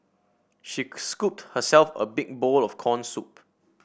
she scooped herself a big bowl of corn soup